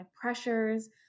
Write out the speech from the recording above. pressures